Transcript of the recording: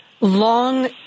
long